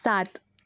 સાત